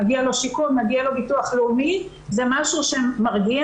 מגיע לו שיקום או ביטוח לאומי זה משהו שמרגיע